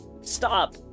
stop